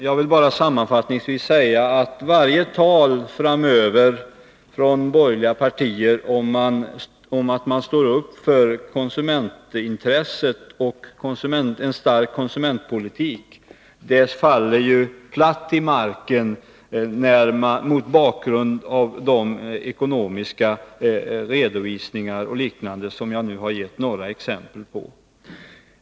Jag vill säga att varje tal framöver från borgerliga partier om att de står upp för konsumentintresset och för en stark konsumentpolitik faller platt till marken, mot bakgrund av de ekonomiska redovisningar och liknande som jag nu har gett några exempel på.